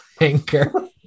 anchor